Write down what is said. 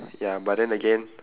ya but then again